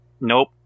Nope